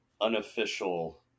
unofficial